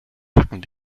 tacken